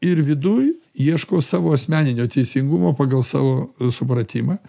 ir viduj ieško savo asmeninio teisingumo pagal savo supratimą